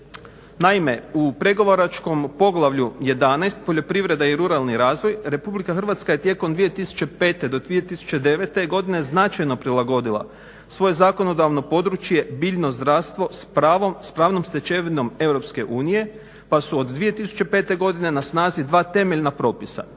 Naime, u pregovaračkom poglavlju 11. Poljoprivreda i ruralni razvoj Republika Hrvatska je tijekom 2005. do 2009. godine značajno prilagodila svoje zakonodavno područje biljno zdravstvo s pravnom stečevinom EU, pa su od 2005. godine na snazi dva temeljna propisa.